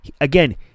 again